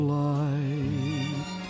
light